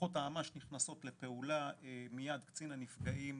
מערכות אמ"ש נכנסות לפעולה, קצין הנפגעים